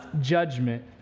judgment